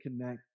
connect